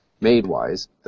made-wise